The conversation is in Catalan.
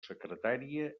secretària